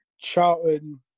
Charlton